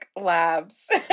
Labs